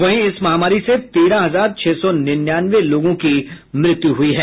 वहीं इस महामारी से तेरह हजार छह सौ निन्यानवे लोगों की मृत्यु हुई है